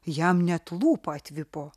jam net lūpa atvipo